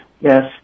yes